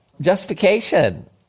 Justification